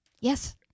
Yes